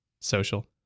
social